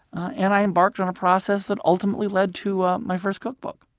and i embarked on a process that ultimately led to ah my first cookbook